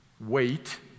Wait